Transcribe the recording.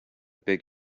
beg